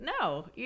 no